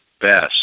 best